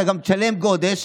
אתה גם תשלם גודש.